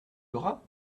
aura